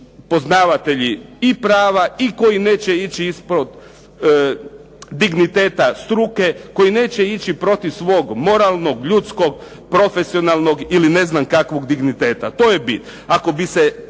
poznavatelji prava i koji neće ići ispod digniteta struke, koji neće ići protiv svog moralnog, ljudskog, profesionalnog ili ne znam kakvog digniteta. To je bit. Ako bi se